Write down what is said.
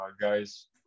guys